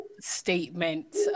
statement